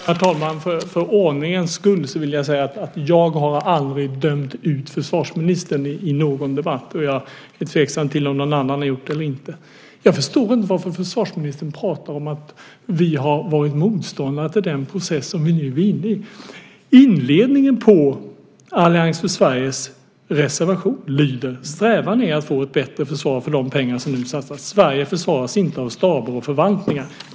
Herr talman! För ordningens skull vill jag säga att jag aldrig har dömt ut försvarsministern i någon debatt. Jag är tveksam till att någon annan har gjort det. Jag förstår inte varför försvarsministern pratar om att vi har varit motståndare till den process som vi nu är inne i. Inledningen på reservationen av Allians för Sverige lyder: "Strävan är att få ett bättre försvar för de pengar som nu satsas. Sverige försvaras inte av staber och förvaltningar.